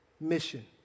mission